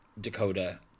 Dakota